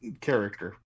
character